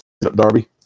Darby